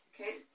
Okay